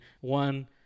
one